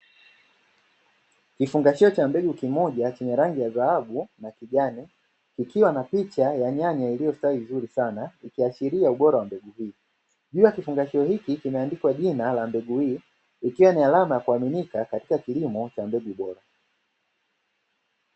Kifungashio cha mbegu kimoja chenye rangi ya dhahabu na kijani, kikiwa na picha ya nyanya iliyostawi vizuri sana. Ikiashiria ubora wa mbegu hii. Juu ya kifungashio hiki kimeandikwa jina la mbegu hii, ikiwa ni alama ya kuaminika katika kilimo cha mbegu bora.